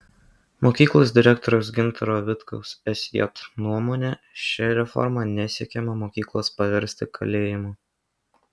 mokyklos direktoriaus gintaro vitkaus sj nuomone šia reforma nesiekiama mokyklos paversti kalėjimu